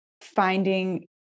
finding